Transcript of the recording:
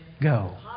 go